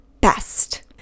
best